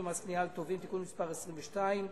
ומס קנייה על טובין (תיקון מס' 22),